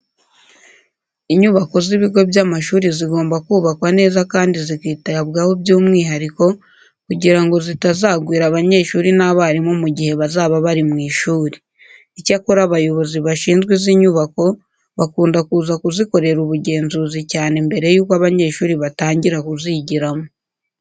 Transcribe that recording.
Inyubako z'ibigo by'amashuri zigomba kubakwa neza kandi zikitabwaho by'umwihariko kugira ngo zitazagwira abanyeshuri n'abarimu mu gihe bazaba bari mu ishuri. Icyakora abayobozi bashinzwe izi nyubako bakunda kuza kuzikorera ubugenzuzi cyane mbere yuko abanyeshuri batangira kuzigiramo.